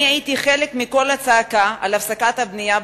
אני הייתי חלק מקול הצעקה על הפסקת הבנייה בהתנחלויות,